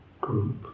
group